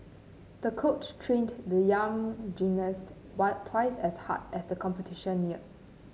the coach trained the young gymnast one twice as hard as the competition neared